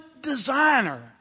designer